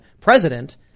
President